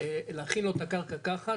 להכין לו את הקרקע ככה,